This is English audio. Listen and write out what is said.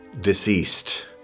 deceased